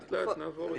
לאט-לאט נעבור את זה.